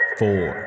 four